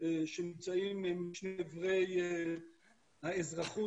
שנמצאים משני עברי האזרחות,